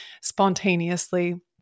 spontaneously